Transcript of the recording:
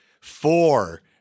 four